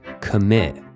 commit